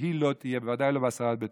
והיא לא תהיה, בוודאי לא בעשרה בטבת.